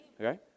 Okay